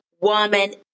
woman